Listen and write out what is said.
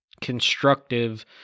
constructive